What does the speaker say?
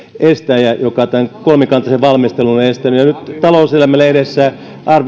estäjä joka tämän kolmikantaisen valmistelun on estänyt ja nyt talouselämä lehdessä